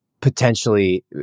potentially